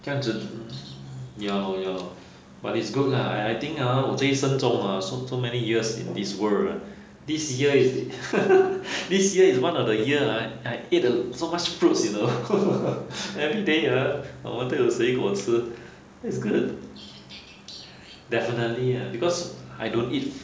这样子 ya loh ya loh but it's good lah I I think hor 我这一生中 ha so many years in this world ha this year is this year is one of the year ha I eat uh so much fruits you know everyday ah 我们都有水果吃 definitely lah because I don't eat